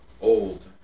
Old